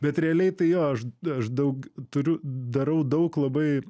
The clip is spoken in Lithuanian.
bet realiai tai jo aš aš daug turiu darau daug labai